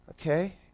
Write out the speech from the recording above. okay